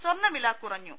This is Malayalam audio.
സ്വർണ്ണ വില കുറഞ്ഞു